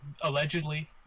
Allegedly